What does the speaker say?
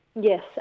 Yes